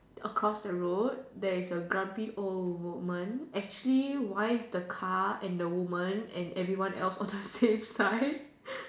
across the road there is a grumpy old woman actually why is the car and the woman and everyone else on the same side